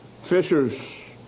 fishers